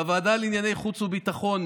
בוועדה לענייני חוץ וביטחון,